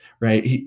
right